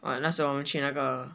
oh 那时候我们去那个